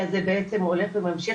תודה איריס,